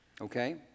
Okay